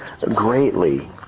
greatly